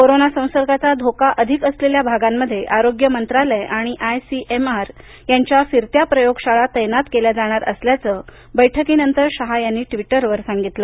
corona संसर्गाचा धोका अधिक असलेल्या भागांमध्ये आरोग्य मंत्रालय आणि आयसीएमआर यांच्या फिरत्या प्रयोगशाळा तैनात केल्या जाणार असल्याचं बैठकीनंतर शहा यांनी ट्विटरवर सांगितलं